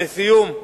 לסיום,